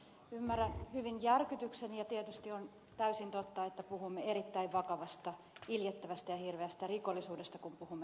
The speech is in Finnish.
ymmärrän hyvin järkytyksen ja tietysti on täysin totta että puhumme erittäin vakavasta iljettävästä ja hirveästä rikollisuudesta kun puhumme raiskauksista